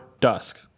dusk